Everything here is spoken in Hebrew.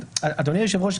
אדוני היושב-ראש,